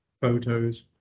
photos